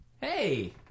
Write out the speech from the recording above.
Hey